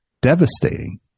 devastating